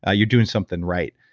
ah you're doing something right.